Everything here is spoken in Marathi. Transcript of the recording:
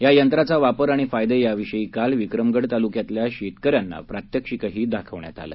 या यंत्राचा वापर आणि फायदे याविषयी काल विक्रमगड तालुक्यातल्या शेतकऱ्यांना प्रात्यक्षिकही दाखवण्यात आलं